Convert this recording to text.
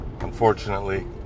unfortunately